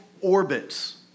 orbits